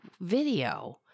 video